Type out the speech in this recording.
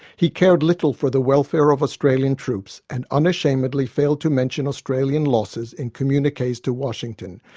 he cared little for the welfare of australian troops and unashamedly failed to mention australian losses in communiques to washington,